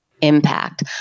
impact